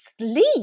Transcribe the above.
sleep